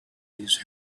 these